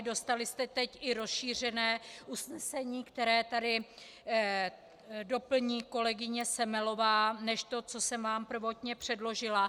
Dostali jste teď i rozšířené usnesení, které tady doplní kolegyně Semelová, proti tomu, co jsem vám prvotně předložila.